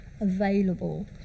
available